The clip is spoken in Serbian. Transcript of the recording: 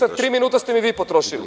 Nisam, tri minuta ste mi vi potrošili.